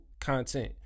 content